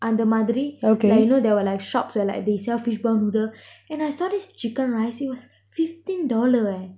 அந்த மாதிரி:antha maathiri like you know there were like shops where like they sell fishball noodles and I saw this chicken rice it was fifteen dollar eh